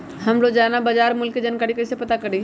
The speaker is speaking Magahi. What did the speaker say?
हम रोजाना बाजार मूल्य के जानकारी कईसे पता करी?